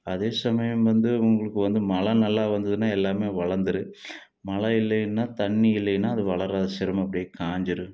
அதே சமயம் வந்து உங்களுக்கு வந்து மழை நல்லா வந்ததுன்னா எல்லாம் வளர்ந்துடும் மழை இல்லைன்னா தண்ணி இல்லைன்னா அது வளராது சிரமம் அப்படியே காஞ்சிடும்